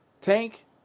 tank